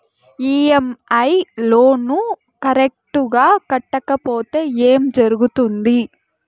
EMI loan correct గా కట్టకపోతే ఏం జరుగుతుంది